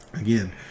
again